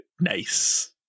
Nice